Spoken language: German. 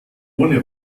ohne